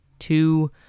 Two